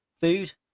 food